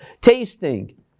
tasting